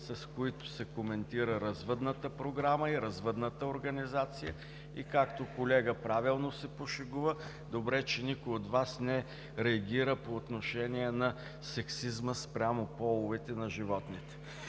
с които се коментира развъдната програма и развъдната организация, и, както колега правилно се пошегува, добре, че никой от Вас не реагира по отношение на сексизма спрямо половете на животните.